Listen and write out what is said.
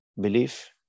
belief